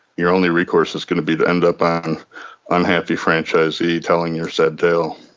you're only recourse is going to be to end up on unhappy franchisee telling your sad tale.